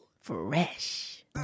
fresh